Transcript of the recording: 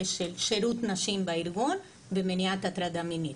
של שירות נשים בארגון ומניעת הטרדה מינית.